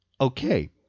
okay